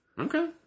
Okay